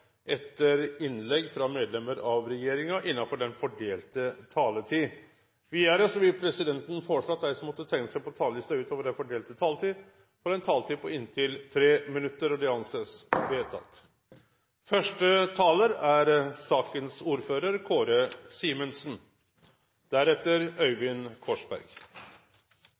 etter innlegg fra medlemmer av regjeringen innenfor den fordelte taletid. Videre vil presidenten foreslå at de som måtte tegne seg på talerlisten utover den fordelte taletid, får en taletid på inntil 3 minutter. – Det anses vedtatt.